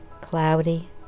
cloudy